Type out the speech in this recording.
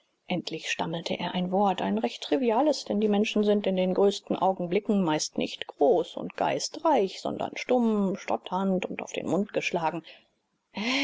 endlich stammelte er ein wort ein recht triviales denn die menschen sind in den größten augenblicken meist nicht groß und geistreich sondern stumm stotternd und auf den mund geschlagen